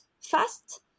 fast